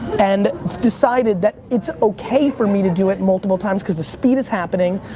and decided that it's okay for me to do it multiple times cause the speed is happening.